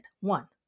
one